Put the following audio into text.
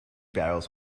barrels